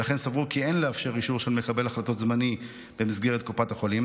ולכן סברו כי אין לאפשר אישור של מקבל החלטות זמני במסגרת קופת החולים.